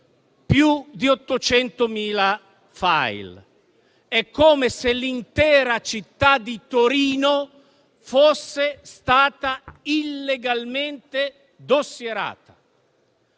più di 800.000 *file*. È come se l'intera città di Torino fosse stata illegalmente dossierata.